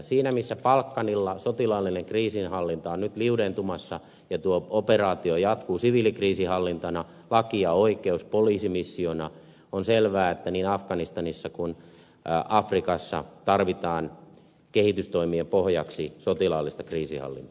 siinä missä balkanilla sotilaallinen kriisinhallinta on nyt liudentumassa ja tuo operaatio jatkuu siviilikriisinhallintana laki ja oikeus poliisimissiona on selvää että niin afganistanissa kuin afrikassa tarvitaan kehitystoimien pohjaksi sotilaallista kriisinhallintaa